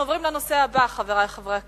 אנחנו עוברים לנושא הבא, חברי חברי הכנסת: